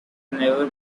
never